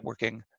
networking